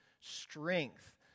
strength